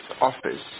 office